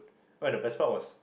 and the best part was